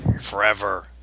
forever